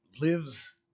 lives